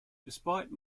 despite